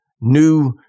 new